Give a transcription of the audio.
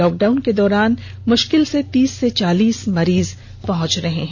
lock down के दौरान मुश्किल से तीस से चालीस मरीज पहुंच रहे हैं